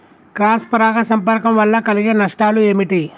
Cross పరాగ సంపర్కం వల్ల కలిగే నష్టాలు ఏమిటి?